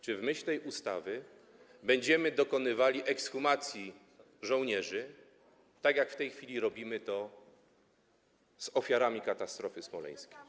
Czy w myśl tej ustawy będziemy dokonywali ekshumacji żołnierzy, tak jak w tej chwili robimy to z ofiarami katastrofy smoleńskiej?